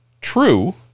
True